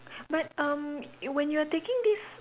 but um you when you are taking this